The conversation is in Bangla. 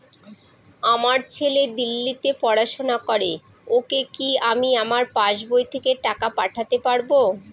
আমার ছেলে দিল্লীতে পড়াশোনা করে ওকে কি আমি আমার পাসবই থেকে টাকা পাঠাতে পারব?